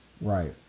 Right